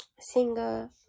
singer